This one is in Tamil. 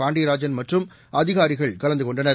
பாண்டியராஜன் மற்றும் அதிகாரிகள் கலந்து கொண்டனர்